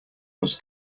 was